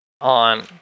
on